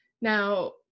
Now